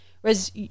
Whereas